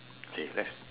okay let's